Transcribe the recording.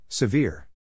Severe